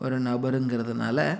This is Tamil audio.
ஒரு நபருங்கிறதுனால